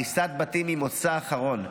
הריסת בתים היא מוצא אחרון.